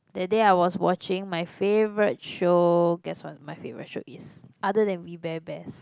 that day I was watching my favourite show guess what my favourite show is other than We-Bare-Bears